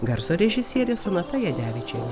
garso režisierė sonata jadevičienė